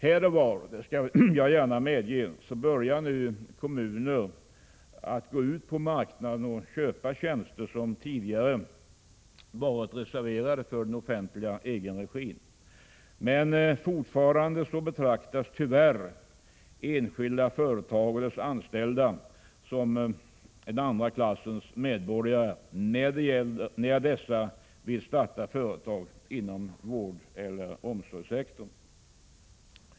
Här och var börjar nu kommunerna gå ut på marknaden och köpa tjänster som tidigare varit reserverade för den offentliga egenregin — det skall villigt medges — men fortfarande betraktas enskilda företagare och deras anställda som en andra klassens medborgare, när de vill starta verksamhet inom vårdeller omsorgssektorn.